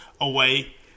away